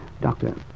Doctor